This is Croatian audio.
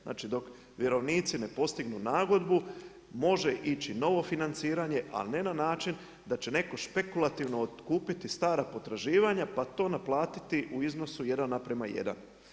Znači dok vjerovnici ne postignu nagodbu može ići novo financiranje, ali ne na način da će špekulativno otkupiti stara potraživanja pa naplatiti u iznosu 1:1.